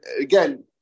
again